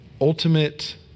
ultimate